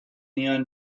neon